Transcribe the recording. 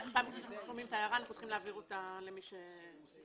אנחנו שומעים את ההערה ואנחנו צריכים להעביר אותה למי שמטפל בזה.